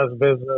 business